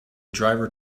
driver